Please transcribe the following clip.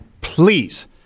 please